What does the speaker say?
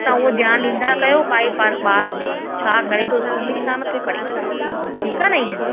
तव्हां उहो ध्यानु ॾींदा कयो ॿारु छा करे थो स्कूल में छा नथो करे ठीकु आहे न ईअं